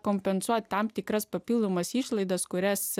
kompensuoti tam tikras papildomas išlaidas kurias